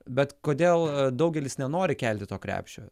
bet kodėl daugelis nenori kelti to krepšio